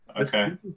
Okay